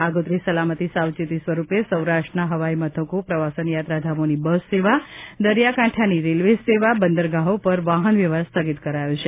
આગોતરી સલામતી સાવચેતી સ્વરૂપે સૌરાષ્ટ્રના હવાઈ મથકો પ્રવાસન યાત્રાધામોની બસ સેવા દરિયાઈ કાંઠાની રેલવે સેવા બંદરગાહો પર વાહનવ્યવહાર સ્થગિત કરાયો છે